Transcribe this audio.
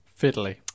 Fiddly